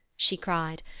she cry'd,